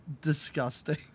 disgusting